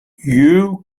you